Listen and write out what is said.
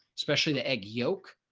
especially the egg yolk.